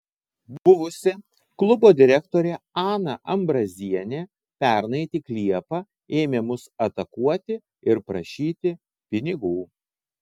buvusi klubo direktorė ana ambrazienė pernai tik liepą ėmė mus atakuoti ir prašyti pinigų